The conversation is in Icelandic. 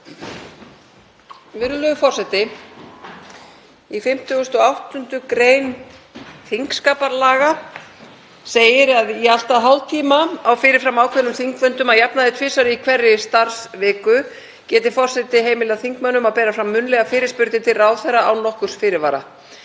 Virðulegur forseti. Í 58. gr. þingskapalaga segir að í allt að hálftíma á fyrir fram ákveðnum þingfundum að jafnaði tvisvar í hverri starfsviku, geti forseti heimilað þingmönnum að bera fram munnlegar fyrirspurnir til ráðherra án nokkurs fyrirvara.